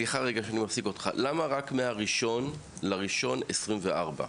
למה רק מה-01 לינואר 2024?